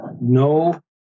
No